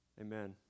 Amen